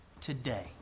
today